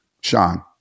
Sean